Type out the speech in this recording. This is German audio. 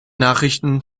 nachrichten